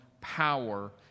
power